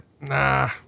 nah